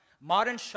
Modern